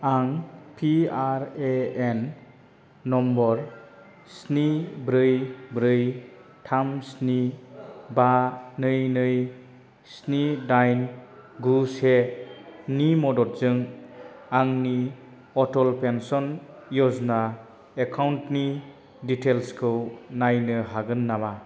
आं P R A N number स्नि ब्रै ब्रै थाम स्नि बा नै नै स्नि दाइन गु सेनि मददजों आंनि अटल पेन्सन यजना एकाउन्टनि डिटैल्सखौ नायनो हागोन नामा